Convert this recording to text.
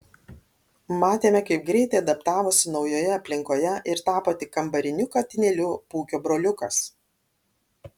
matėme kaip greitai adaptavosi naujoje aplinkoje ir tapo tik kambariniu katinėliu pūkio broliukas